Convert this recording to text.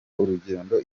urugendo